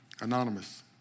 anonymous